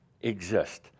exist